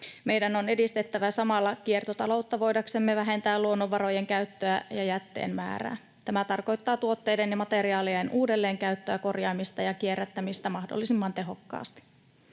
Meidän on edistettävä samalla kiertotaloutta voidaksemme vähentää luonnonvarojen käyttöä ja jätteen määrää. Tämä tarkoittaa tuotteiden ja materiaalien uudelleenkäyttöä, korjaamista ja kierrättämistä mahdollisimman tehokkaasti.